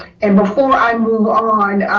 and before i move on,